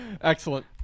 excellent